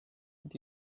with